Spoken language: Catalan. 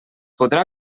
podrà